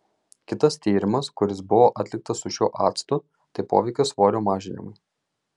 kitas tyrimas kuris buvo atliktas su šiuo actu tai poveikis svorio mažinimui